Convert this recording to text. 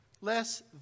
less